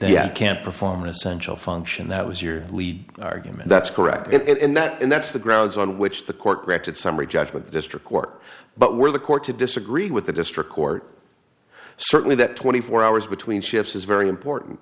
yet can't perform an essential function that was your lead argument that's correct and that and that's the grounds on which the court directed summary judgment the district court but where the court to disagree with the district court certainly that twenty four hours between shifts is very important